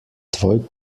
tvoj